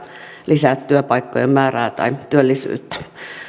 lisää työpaikkojen määrää tai työllisyyttä